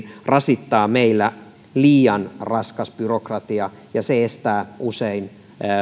rasittaa meillä liian raskas byrokratia ja se estää usein